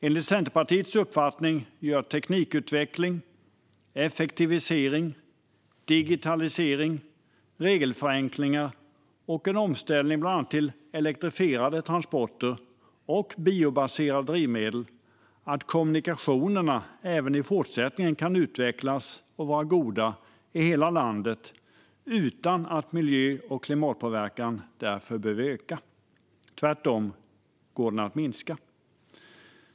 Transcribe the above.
Enligt Centerpartiets uppfattning gör teknikutveckling, effektivisering, digitalisering, regelförenklingar och en omställning till bland annat elektrifierade transporter och biobaserade drivmedel att kommunikationerna även i fortsättningen kan utvecklas och vara goda i hela landet utan att miljö och klimatpåverkan därmed behöver öka. Tvärtom går det att minska den.